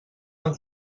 han